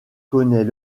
connaît